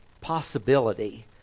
possibility